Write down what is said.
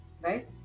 right